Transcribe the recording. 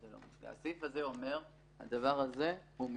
הסעיף הזה אומר שהדבר הזה הוא מפגע.